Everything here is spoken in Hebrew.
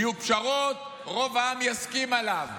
יהיו פשרות, רוב העם יסכים עליו.